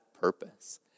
purpose